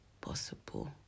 possible